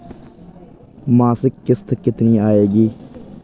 मासिक किश्त कितनी आएगी?